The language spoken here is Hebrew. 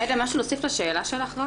עאידה, משהו להוסיף לשאלה שלך.